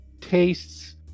tastes